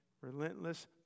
Relentless